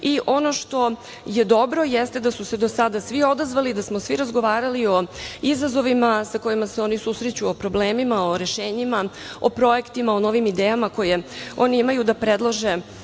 Ono što je dobro je da su se do sada svi odazvali, da smo svi razgovarali o izazovima sa kojima se oni susreću, o problemima, o rešenjima, o projektima, o novim idejama koje oni imaju da predlože